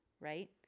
right